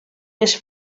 més